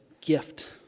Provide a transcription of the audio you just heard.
gift